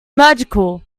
magical